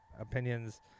opinions